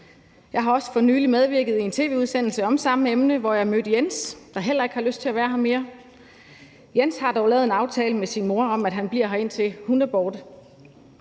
Jeg har også for nylig medvirket i en tv-udsendelse om samme emne, hvor jeg mødte Jens, der heller ikke har lyst til at være her mere. Jens har dog lavet en aftale med sin mor om, at han bliver her, indtil hun er borte.